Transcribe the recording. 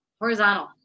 horizontal